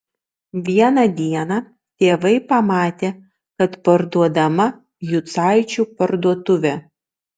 vieną dieną tėvai pamatė kad parduodama jucaičių parduotuvė